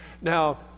Now